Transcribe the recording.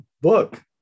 book